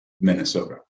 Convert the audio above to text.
Minnesota